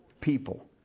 people